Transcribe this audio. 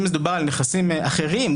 אם מדובר על נכסים אחרים,